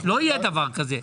לא יהיה דבר כזה.